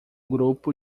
grupo